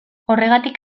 horregatik